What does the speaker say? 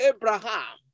Abraham